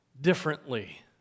differently